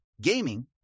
gaming